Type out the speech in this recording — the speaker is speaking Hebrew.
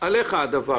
עליך הדבר, כמו שאומרים.